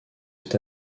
est